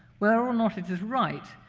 whether or not it is right,